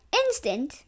instant